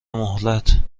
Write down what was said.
مهلت